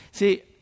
See